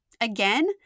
Again